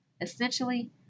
Essentially